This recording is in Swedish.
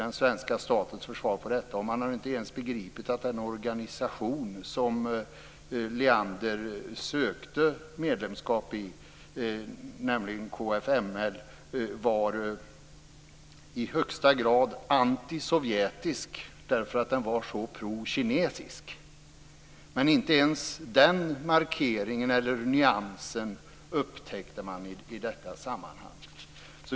Man har inte ens begripit att den organisation som Leander sökte medlemskap i, nämligen KFML, var i högsta grad antisovjetisk därför att den var så prokinesisk. Men inte ens nyansen upptäcktes i detta sammanhang.